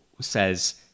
says